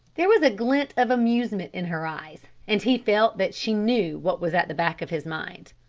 there was a glint of amusement in her eyes, and he felt that she knew what was at the back of his mind.